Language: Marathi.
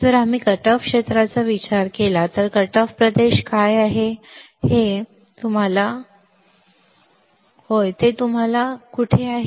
So we can write तर आपण लिहू शकतो ID 2k VDS VDS2 2 जर आम्ही कट ऑफ क्षेत्राचा विचार केला तर कट ऑफ प्रदेश कोठे आहे कट ऑफ प्रदेश येथे आहे होय तुम्हाला ते बरोबर मिळाले ते कुठे आहे